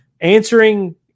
answering